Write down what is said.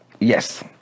Yes